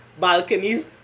Balconies